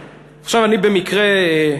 עכשיו, אני במקרה,